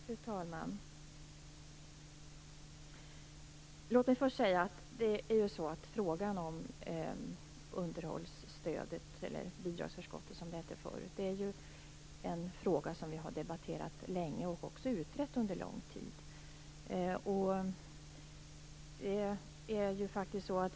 Fru talman! Låt mig först säga att frågan om underhållsstödet, eller bidragsförskottet som det hette förut, är en fråga som vi har debatterat länge och också utrett under lång tid.